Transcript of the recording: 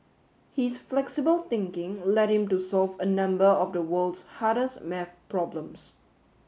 his flexible thinking led him to solve a number of the world's hardest maths problems